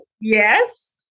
Yes